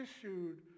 issued